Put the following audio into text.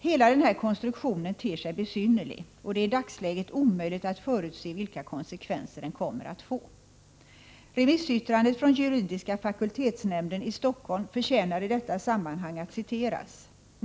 Hela den här konstruktionen ter sig besynnerlig, och det är i dagsläget omöjligt att förutse vilka konsekvenser den kommer att få. Remissyttrandet från juridiska fakultetsnämnden i Stockholm förtjänar i detta sammanhang att citeras.